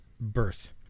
birth